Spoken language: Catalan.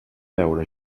veure